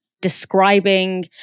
describing